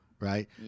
right